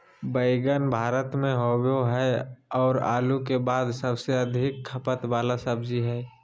बैंगन भारत में होबो हइ और आलू के बाद सबसे अधिक खपत वाला सब्जी हइ